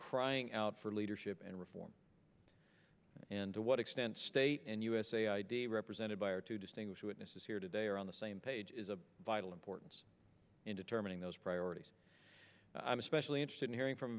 crying out for leadership and reform and to what extent state and usa id represented by are two distinguished witnesses here today or on the same page is a vital importance in determining those priorities i'm especially interested in hearing from